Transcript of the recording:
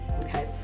okay